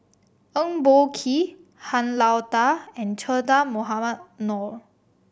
Eng Boh Kee Han Lao Da and Che Dah Mohamed Noor